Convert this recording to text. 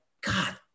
God